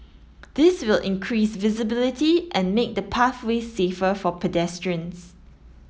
this will increase visibility and make the pathway safer for pedestrians